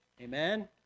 Amen